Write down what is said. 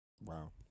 wow